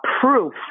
proof